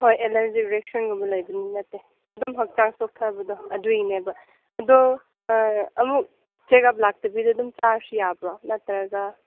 ꯍꯣꯏ ꯑꯦꯂꯔꯖꯤ ꯔꯤꯌꯦꯛꯁꯟꯒꯨꯝꯕ ꯂꯩꯕꯗꯤ ꯅꯠꯇꯦ ꯑꯗꯨꯝ ꯏꯁꯥ ꯆꯣꯛꯊꯕꯗꯣ ꯑꯗꯨꯒꯤꯅꯦꯕ ꯑꯗꯣ ꯑꯃꯨꯛ ꯆꯦꯛ ꯑꯞ ꯂꯥꯛꯇꯕꯤꯗ ꯑꯗꯨꯝ ꯆꯥꯔꯁꯨ ꯌꯥꯔꯕꯣ ꯅꯠꯇ꯭ꯔꯒ